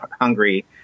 Hungary